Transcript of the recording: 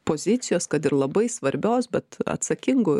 pozicijos kad ir labai svarbios bet atsakingu